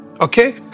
okay